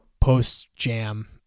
post-jam